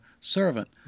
servant